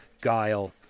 guile